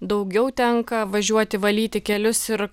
daugiau tenka važiuoti valyti kelius ir